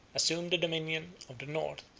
assumed the dominion of the north